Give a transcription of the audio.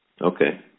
Okay